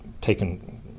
taken